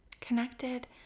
Connected